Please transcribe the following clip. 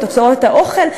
את האוכל,